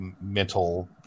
mental